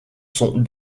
sont